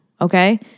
Okay